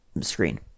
screen